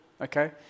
okay